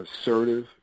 assertive